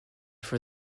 for